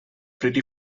pretty